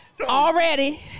Already